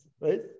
right